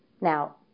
Now